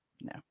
No